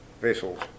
vessels